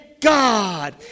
God